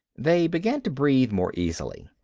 they began to breathe more easily.